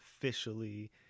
officially